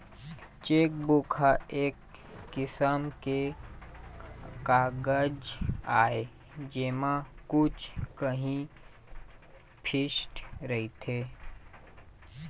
chequebook ह एक किसम के कागज आय जेमा कुछ काही प्रिंट रहिथे